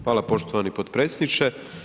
Hvala poštovani potpredsjedniče.